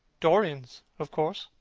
dorian's, of course,